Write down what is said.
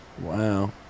Wow